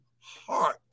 heart